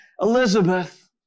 Elizabeth